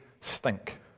stink